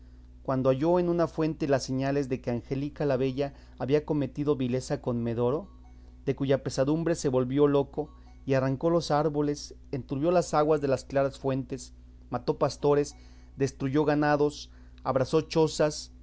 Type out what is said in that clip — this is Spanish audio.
cuando halló en una fuente las señales de que angélica la bella había cometido vileza con medoro de cuya pesadumbre se volvió loco y arrancó los árboles enturbió las aguas de las claras fuentes mató pastores destruyó ganados abrasó chozas